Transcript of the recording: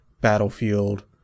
Battlefield